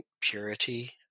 purity